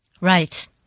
Right